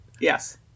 Yes